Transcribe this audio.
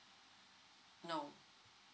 no